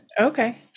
Okay